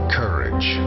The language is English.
courage